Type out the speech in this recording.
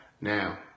Now